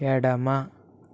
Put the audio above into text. ఎడమ